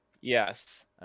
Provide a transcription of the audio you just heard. yes